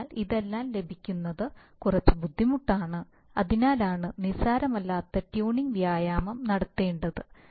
അതിനാൽ ഇതെല്ലാം ലഭിക്കുന്നത് കുറച്ച് ബുദ്ധിമുട്ടാണ് അതിനാലാണ് നിസ്സാരമല്ലാത്ത ട്യൂണിംഗ് വ്യായാമം നടത്തേണ്ടത്